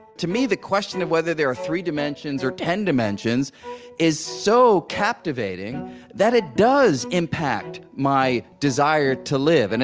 to me, the question of whether there are three dimensions or ten dimensions is so captivating that it does impact my desire to live. and